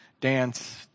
dance